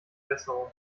besserung